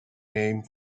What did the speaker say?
name